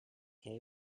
hay